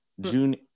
June